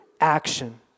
action